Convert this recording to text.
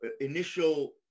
initial